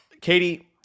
Katie